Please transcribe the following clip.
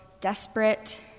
desperate